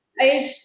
age